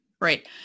Right